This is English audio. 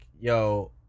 Yo